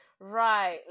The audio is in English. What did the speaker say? Right